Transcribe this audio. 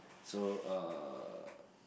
so uh